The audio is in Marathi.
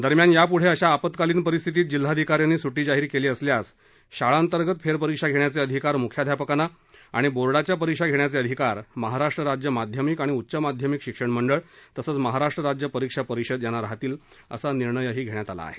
दरम्यान यापुढे अशा आपत्कालीन परिस्थितीत जिल्हाधिकाऱ्यांनी सुट्टी जाहीर केली असल्यास शाळां अंतर्गत फेरपरीक्षा घेण्याचे अधिकार मुख्याध्यापकांना आणि बोर्डाच्या परीक्षा घेण्याचे अधिकार महाराष्ट्र राज्य माध्यमिक आणि उच्च माध्यमिक शिक्षण मंडळ तसंच महाराष्ट्र राज्य परीक्षा परिषद यांना राहतील असा निर्णयही घेण्यात आला आहे